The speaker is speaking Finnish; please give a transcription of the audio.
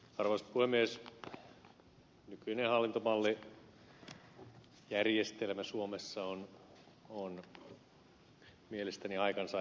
nykyinen hallintomalli järjestelmä suomessa on mielestäni aikansa elänyt